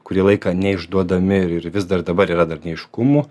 kurį laiką neišduodami ir ir vis dar dabar yra dar neaiškumų